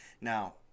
Now